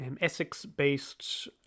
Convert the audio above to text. essex-based